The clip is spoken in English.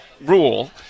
rule